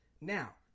Now